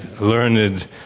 learned